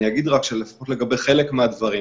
אני רק אגיד שלפחות לגבי חלק מהדברים,